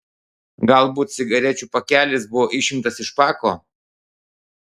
galbūt cigarečių pakelis buvo išimtas iš pako